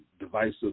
divisive